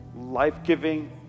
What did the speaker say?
life-giving